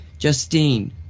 Justine